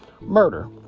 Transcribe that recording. murder